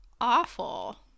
awful